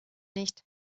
nicht